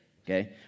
Okay